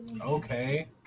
Okay